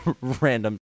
random